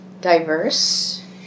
diverse